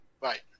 right